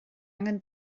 angen